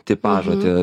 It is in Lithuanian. tipažo tie